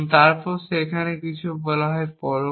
তারপর সেখানে কিছু বলা হয় পরোক্ষ